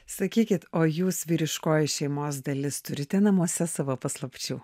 sakykit o jūs vyriškoji šeimos dalis turite namuose savo paslapčių